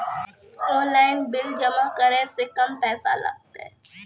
Online bill जमा करै से कम पैसा लागतै?